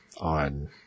on